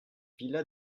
villa